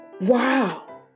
Wow